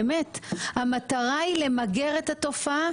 אם המטרה היא למגר את התופעה,